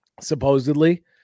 supposedly